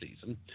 season